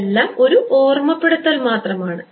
ഇതെല്ലാം ഒരു ഓർമ്മപ്പെടുത്തൽ മാത്രമാണ്